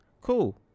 Cool